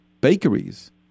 bakeries